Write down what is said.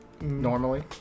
normally